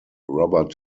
robert